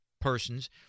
persons